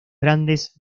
grandes